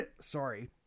sorry